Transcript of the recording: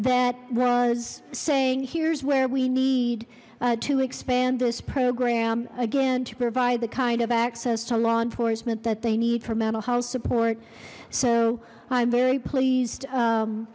that was saying here's where we need to expand this program again to provide the kind of access to law enforcement that they need for mental health support so i'm very pleased